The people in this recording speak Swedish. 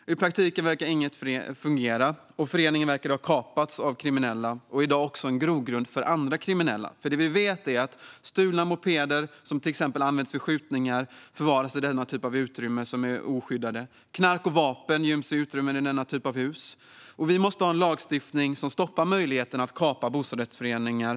Ja, i praktiken verkade ingenting fungera. Föreningen verkade ha kapats av kriminella. I dag är den också en grogrund för andra kriminella. Vi vet att stulna mopeder som används exempelvis vid skjutningar, liksom knark och vapen, göms och förvaras i oskyddade utrymmen i denna typ av hus. Vi måste ha en lagstiftning som stoppar möjligheten att kapa bostadsrättföreningar.